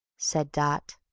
said dot.